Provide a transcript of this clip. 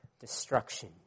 destruction